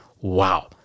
Wow